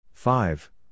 Five